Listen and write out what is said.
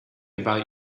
about